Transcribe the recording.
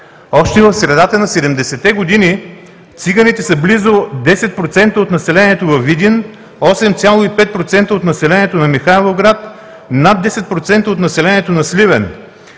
Още в средата на 70-те години циганите са близо 10% от населението във Видин, 8,5% от населението на Михайловград, над 10% от населението на Сливен.